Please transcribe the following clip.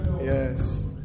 Yes